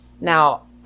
Now